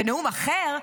בנאום אחר,